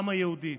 העם היהודי.